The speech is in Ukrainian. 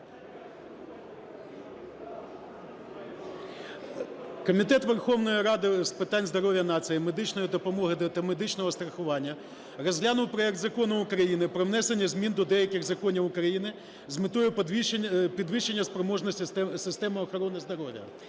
Комітет Верховної Ради з питань здоров'я нації, медичної допомоги та медичного страхування розглянув проект Закону України про внесення змін до деяких законів України з метою підвищення спроможності системи охорони здоров'я